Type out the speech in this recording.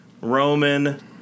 Roman